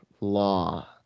law